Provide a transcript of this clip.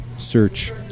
Search